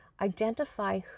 identify